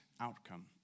outcome